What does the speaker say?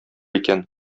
икән